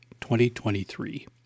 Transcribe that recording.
2023